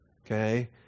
Okay